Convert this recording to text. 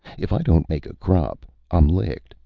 if i don't make a crop, i'm licked.